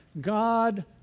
God